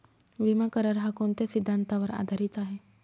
विमा करार, हा कोणत्या सिद्धांतावर आधारीत आहे?